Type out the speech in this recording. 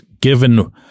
given